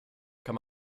kann